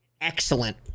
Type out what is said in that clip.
excellent